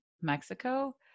Mexico